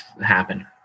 happen